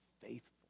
faithful